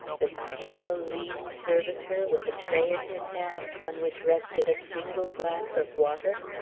this pale, lean servitor, with a tray in his hand on which rested a single glass of water?